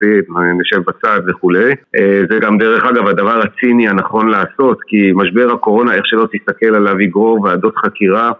נשב בצד וכולי, זה גם דרך אגב הדבר הציני הנכון לעשות כי משבר הקורונה איך שלא תסתכל עליו יגרור ועדות חקירה